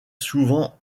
souvent